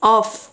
off